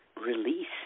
release